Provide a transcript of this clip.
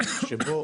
שבו